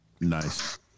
Nice